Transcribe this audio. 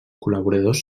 col·laboradors